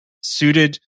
suited